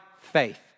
faith